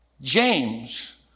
James